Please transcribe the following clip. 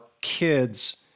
kids